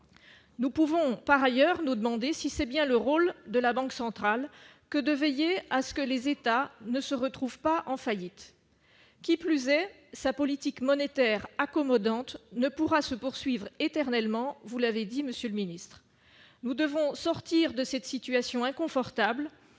nous pouvons, par ailleurs nous demander si c'est bien le rôle de la Banque centrale que de veiller à ce que les États ne se retrouvent pas en faillite, qui plus est, sa politique monétaire accommodante ne pourra se poursuivre éternellement, vous l'avez dit, Monsieur le Ministre, nous devons sortir de cette situation inconfortable